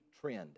trend